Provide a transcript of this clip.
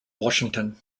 washington